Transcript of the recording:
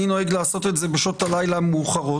אני נוהג לעשות את זה בשעות הלילה המאוחרות.